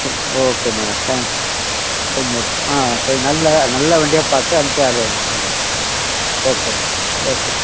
ம் okay madam அ கொஞ்சம் ஆ கொஞ்ச நல்ல நல்ல வண்டியாக பார்த்து அமுச்சி ஓகே மேம் ஓகே